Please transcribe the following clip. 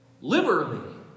liberally